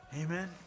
Amen